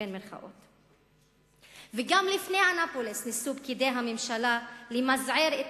גם לפני אנאפוליס ניסו פקידי הממשלה למזער את